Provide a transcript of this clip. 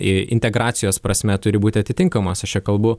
integracijos prasme turi būti atitinkamos aš čia kalbu